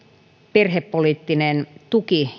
perhepoliittinen tuki